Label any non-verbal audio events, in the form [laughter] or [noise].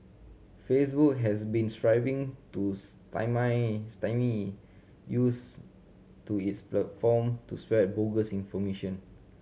Facebook has been striving to [unintelligible] stymie use to its platform to spread bogus information